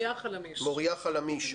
מוריה חלמיש.